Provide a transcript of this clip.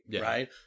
right